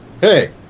Hey